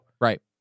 Right